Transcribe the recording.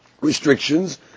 restrictions